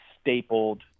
stapled